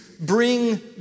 bring